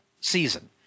season